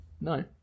No